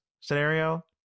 scenario